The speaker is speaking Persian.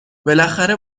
بالاخره